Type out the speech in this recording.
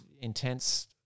intense